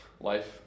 life